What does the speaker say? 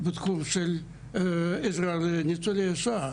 בתחום של עזרה לניצולי שואה,